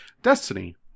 Destiny